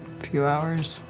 few hours.